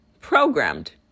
programmed